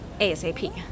ASAP